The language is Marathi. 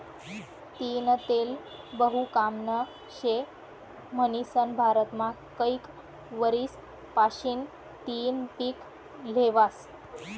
तीयीनं तेल बहु कामनं शे म्हनीसन भारतमा कैक वरीस पाशीन तियीनं पिक ल्हेवास